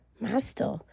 Master